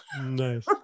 Nice